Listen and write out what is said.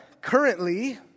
currently